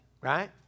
right